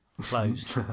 closed